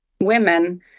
women